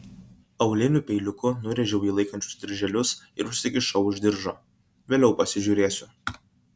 auliniu peiliuku nurėžiau jį laikančius dirželius ir užsikišau už diržo vėliau pasižiūrėsiu